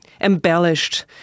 embellished